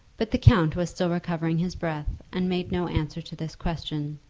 but the count was still recovering his breath, and made no answer to this question.